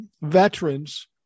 veterans